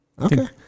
okay